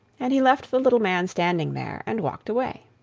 and he left the little man standing there, and walked away.